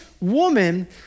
woman